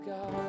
God